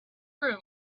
room